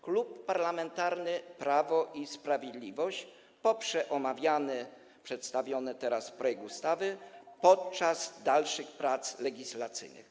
Klub Parlamentarny Prawo i Sprawiedliwość poprze omawiany, przedstawiany teraz projekt ustawy podczas dalszych prac legislacyjnych.